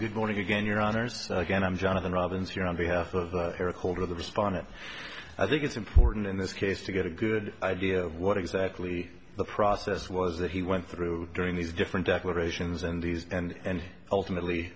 good morning again your honour's again i'm jonathan robbins here on behalf of eric holder the respondent i think it's important in this case to get a good idea of what exactly the process was that he went through during these different declarations and these and ultimately